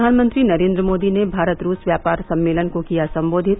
प्रधानमंत्री नरेन्द्र मोदी ने भारत रूस व्यापार सम्मेलन को किया संबोधित